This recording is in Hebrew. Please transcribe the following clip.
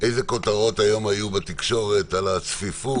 איזה כותרות היום היו בתקשורת על הצפיפות,